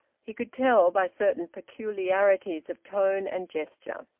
he could tell by certain peculiarities of tone and gesture.